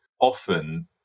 often